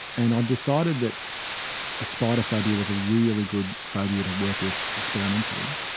and i decided that spider phobia was a really good phobia to work with experimentally,